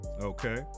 okay